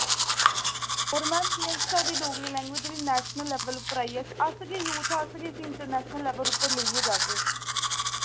पर मैम एह् ऐ कि साढ़ी डोगरी लैंग्वेज जेह्ड़ी नैशनल लैवल उप्पर आइयै अस गै यूथ अस गै इस्सी इंटरनैशनल लैवल उप्पर लेइयै जागे